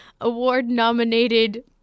award-nominated